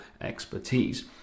expertise